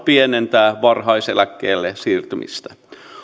pienentää varhaiseläkkeelle siirtymistä